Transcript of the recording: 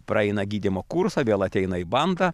praeina gydymo kursą vėl ateina į bandą